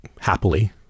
happily